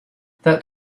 that